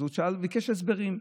אז הוא ביקש הסברים.